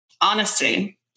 Honesty